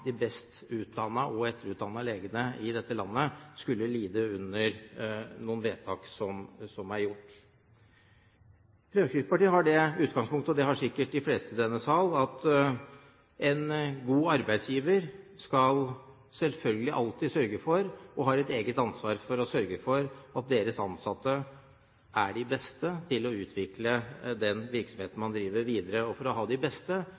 de best utdannede og best etterutdannede legene i dette landet skulle lide under noen vedtak som er gjort. Fremskrittspartiet har det utgangspunktet – og det har sikkert de fleste i denne sal – at en god arbeidsgiver selvfølgelig alltid skal sørge for, og har et eget ansvar for å sørge for, at deres ansatte er de beste til å utvikle den virksomheten man driver, videre. For å ha de beste